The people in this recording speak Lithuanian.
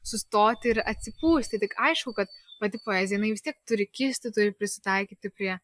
sustoti ir atsipūsti tik aišku kad pati poezija jinai vis tiek turi kisti turi prisitaikyti prie